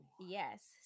Yes